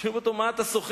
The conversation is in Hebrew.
שואלים אותו: מה אתה שוחק,